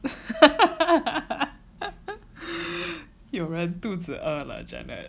有人肚子饿了 janet